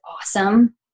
awesome